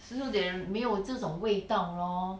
s~ so there 没有这种味道 lor